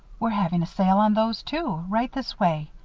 we're having a sale on those, too. right this way.